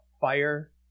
fire